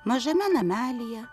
mažame namelyje